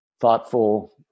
thoughtful